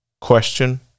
Question